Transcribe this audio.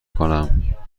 کنم